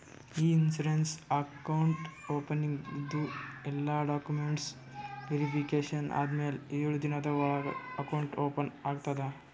E insurance account ಓಪನಿಂಗ್ದು ಎಲ್ಲಾ documents verification ಆದಮ್ಯಾಲ ಎಳು ದಿನದ ಒಳಗ ಅಕೌಂಟ್ ಓಪನ್ ಆಗ್ತದ